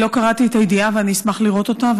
אני לא קראתי את הידיעה ואני אשמח לראות אותה,